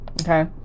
okay